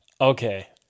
Okay